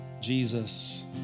Jesus